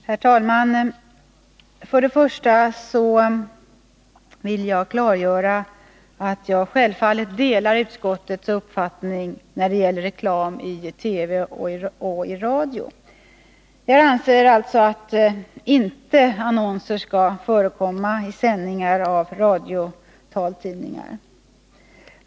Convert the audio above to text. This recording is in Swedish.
Herr talman! Till att börja med vill jag klargöra att jag självfallet delar utskottets uppfattning när det gäller reklam i TV och i radio. Jag anser inte att annonser skall förekomma i sändningar för radiotaltidningar.